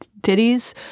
titties